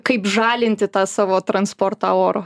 kaip žalinti tą savo transportą oro